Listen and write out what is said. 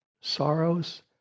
sorrows